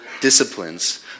disciplines